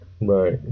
Right